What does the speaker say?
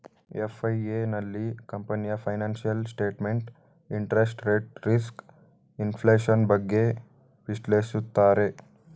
FIA, ನಲ್ಲಿ ಕಂಪನಿಯ financial statement, interest rate risk, inflation, ಬಗ್ಗೆ ವಿಶ್ಲೇಷಿಸುತ್ತಾರೆ